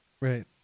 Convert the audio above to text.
Right